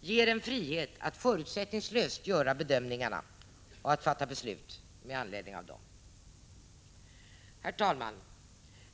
ger en frihet att förutsättningslöst göra bedömningarna och att fatta beslut med anledning av dessa. Herr talman!